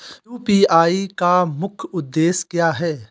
UPI का मुख्य उद्देश्य क्या है?